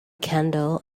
candle